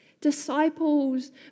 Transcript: Disciples